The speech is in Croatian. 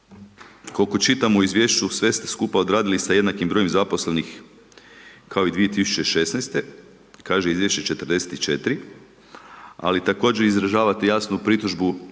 Koliko čitam u izvješću, sve ste skupa odradili sa jednakim brojem zaposlenih kao i 2016., kaže izvješće 44, ali također izražavati jasnu pritužbu